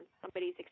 somebody's